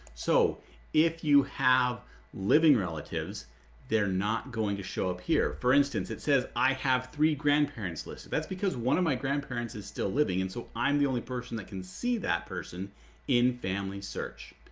so if you have living relatives they're not going to show up here, for instance it says i have three grandparents listed that's because one of my grandparents is still living and so i'm the only person that can see that person in family search.